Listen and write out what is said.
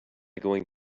going